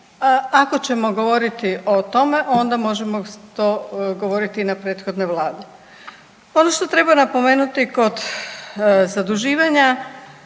ako ćemo govoriti o tome, onda možemo to govoriti i na prethodnoj vladi. Ono što treba napomenuti kod zaduživanja,